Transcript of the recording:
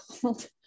cold